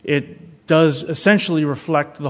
it does essentially reflect the